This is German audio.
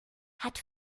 hat